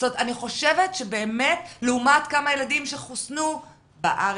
לעומת כמה ילדים שחוסנו בארץ,